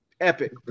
epic